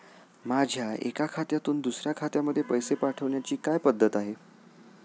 माझ्या एका खात्यातून दुसऱ्या खात्यामध्ये पैसे पाठवण्याची काय पद्धत आहे?